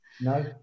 No